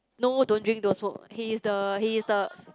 no don't drink don't smoke he is the he is the